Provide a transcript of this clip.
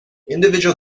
individual